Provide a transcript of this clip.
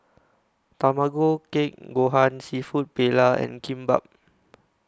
Tamago Kake Gohan Seafood Paella and Kimbap